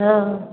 हाँ